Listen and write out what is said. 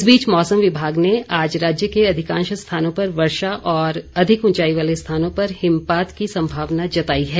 इस बीच मौसम विभाग ने आज राज्य के अधिकांश स्थानों पर वर्षा और अधिक ऊंचाई वाले स्थाानों पर हिमपात की संभावना जताई है